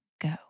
go